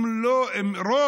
אם לא כל,